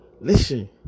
Listen